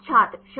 छात्र 08